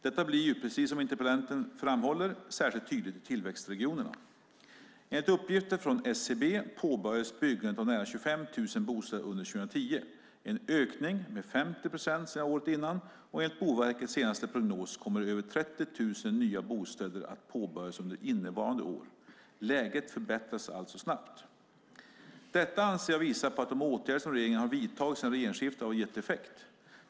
Detta blir, precis som interpellanten framhåller, särskilt tydligt i tillväxtregionerna. Enligt uppgifter från SCB påbörjades byggande av nära 25 000 bostäder under 2010, en ökning med 50 procent sedan året innan, och enligt Boverkets senaste prognos kommer över 30 000 nya bostäder att påbörjas under innevarande år. Läget förbättras alltså snabbt. Detta anser jag visar på att de åtgärder som regeringen har vidtagit sedan regeringsskiftet har gett effekt.